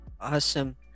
Awesome